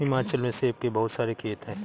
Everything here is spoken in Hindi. हिमाचल में सेब के बहुत सारे खेत हैं